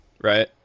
right